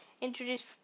introduce